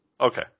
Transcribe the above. Okay